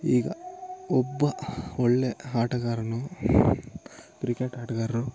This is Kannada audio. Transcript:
ಈಗ ಒಬ್ಬ ಒಳ್ಳೆ ಆಟಗಾರನು ಕ್ರಿಕೆಟ್ ಆಟಗಾರರು